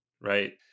Right